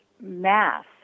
mass